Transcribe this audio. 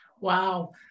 Wow